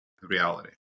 Reality